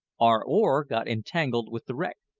our oar got entangled with the wreck,